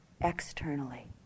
externally